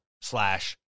slash